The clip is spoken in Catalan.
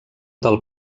del